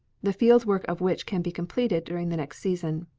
the field work of which can be completed during the next season.